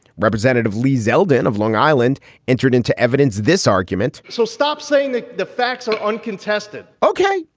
representative lee zeldin of long island entered into evidence this argument. so stop saying that. the facts are uncontested. ok.